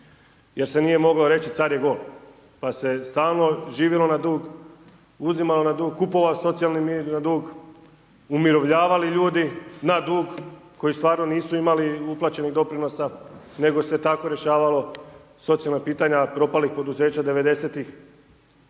jer se nije moglo reći „car je gol“, pa se stalno živjelo na dug, uzimalo na dug, kupovao socijalni mir na dug, umirovljavali ljudi na dug koji stvarno nisu imali uplaćenih doprinosa, nego se tako rješavalo socijalna pitanja propalih poduzeća 90-tih.